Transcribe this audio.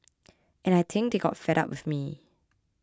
and I think they got fed up with me